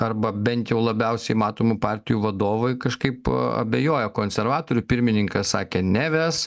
arba bent jau labiausiai matomų partijų vadovai kažkaip abejoja konservatorių pirmininkas sakė neves